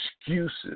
excuses